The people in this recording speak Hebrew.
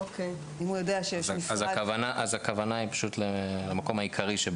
אז הכוונה היא למקום העיקרי.